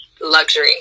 luxury